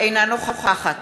אינה נוכחת